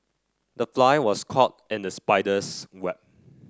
the fly was caught in the spider's web